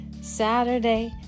Saturday